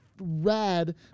rad